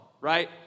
Right